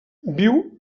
viu